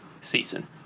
season